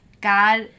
God